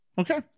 Okay